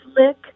Lick